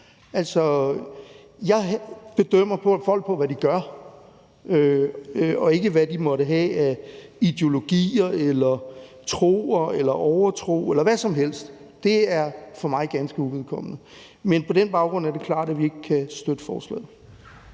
jeg bedømmer folk på, hvad de gør, og ikke på, hvad de måtte have af ideologi eller tro eller overtro eller hvad som helst – det er for mig ganske uvedkommende. Men på den baggrund er det klart, at vi kan ikke støtte forslaget.